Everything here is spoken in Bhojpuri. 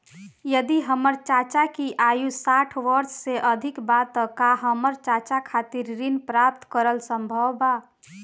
यदि हमर चाचा की आयु साठ वर्ष से अधिक बा त का हमर चाचा खातिर ऋण प्राप्त करल संभव बा